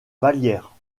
vallière